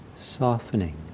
softening